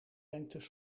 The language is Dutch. lengtes